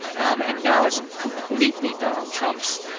um and now it's completely donald trump's,